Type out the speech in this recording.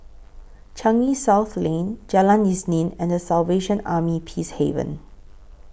Changi South Lane Jalan Isnin and The Salvation Army Peacehaven